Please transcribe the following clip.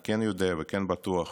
אני כן יודע וכן בטוח